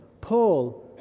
Paul